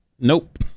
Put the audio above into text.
Nope